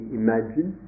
imagine